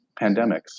pandemics